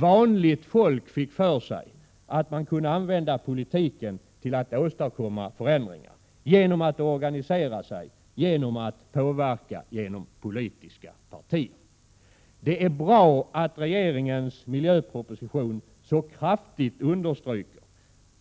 Vanligt folk fick klart för sig att man kunde använda politiken till att åstadkomma förändringar — genom att organisera sig, genom att påverka genom politiska partier. Det är bra att regeringens miljöproposition så kraftigt understryker